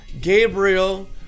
Gabriel